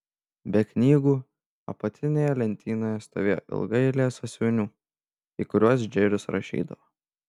be knygų apatinėje lentynoje stovėjo ilga eilė sąsiuvinių į kuriuos džeris rašydavo